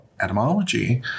etymology